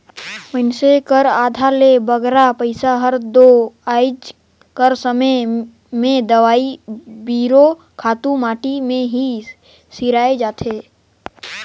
मइनसे कर आधा ले बगरा पइसा हर दो आएज कर समे में दवई बीरो, खातू माटी में ही सिराए जाथे